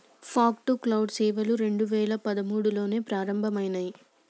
fog to cloud సేవలు రెండు వేల పదమూడులో ప్రారంభమయినాయి